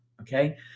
Okay